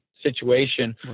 situation